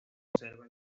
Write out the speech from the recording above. conserva